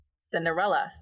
Cinderella